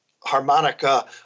harmonica